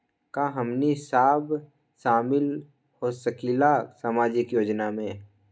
का हमनी साब शामिल होसकीला सामाजिक योजना मे?